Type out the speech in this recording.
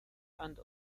and